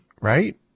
Right